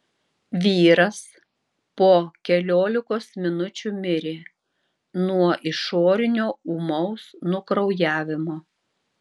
vyras po keliolikos minučių mirė nuo išorinio ūmaus nukraujavimo